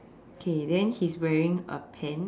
okay then he's wearing a pants